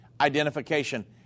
identification